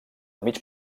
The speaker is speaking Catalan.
mig